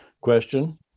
question